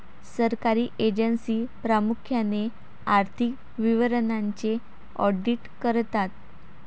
सरकारी एजन्सी प्रामुख्याने आर्थिक विवरणांचे ऑडिट करतात